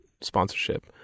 sponsorship